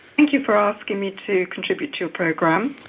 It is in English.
thank you for asking me to contribute to your program.